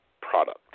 product